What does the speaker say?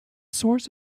source